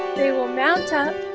they will mount up